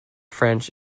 french